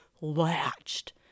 latched